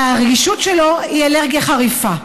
והרגישות שלו היא אלרגיה חריפה.